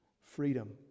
Freedom